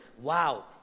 Wow